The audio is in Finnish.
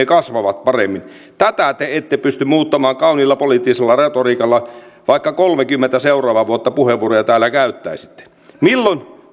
kasvavat paremmin ja tätä te ette pysty muuttamaan kauniilla poliittisella retoriikalla vaikka kolmekymmentä seuraavaa vuotta puheenvuoroja täällä käyttäisitte milloin